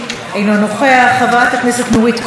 מוותרת,